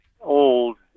old